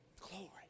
Glory